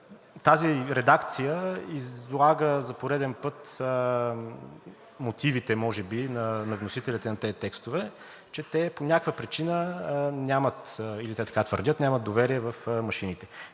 Тази редакция излага за пореден път мотивите може би на вносителите на тези текстове, че те по някаква причина нямат – или те така твърдят, нямат доверие в машините.